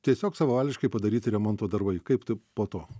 tiesiog savavališkai padaryti remonto darbai kaip tai po to